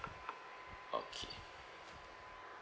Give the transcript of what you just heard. okay